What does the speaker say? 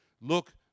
look